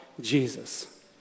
Jesus